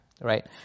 right